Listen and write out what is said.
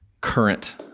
current